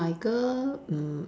my girl mm